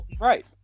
right